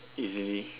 easily